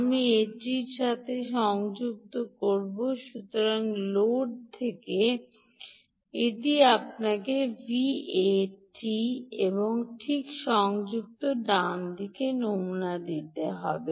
আপনি এটি এটির সাথে সংযুক্ত করবেন স্পষ্টতই লোড থেকে এটি আপনাকে Vat এবং ঠিক সংযুক্ত নমুনা দিতে হবে